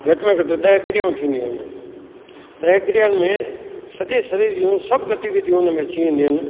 घटि में घटि ॾह क्रियाऊं थींदियूं आहिनि ॾह क्रियाउनि में सॼे शरीर जूं सभु गतिविधियूं हुनमें अची वेंदियूं आहिनि